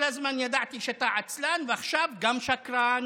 כל הזמן ידעתי שאתה עצלן, ועכשיו גם שקרן.